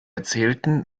erzählten